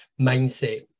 mindset